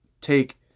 take